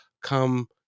come